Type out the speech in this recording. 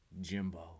Jimbo